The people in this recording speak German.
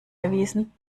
erwiesen